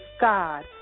God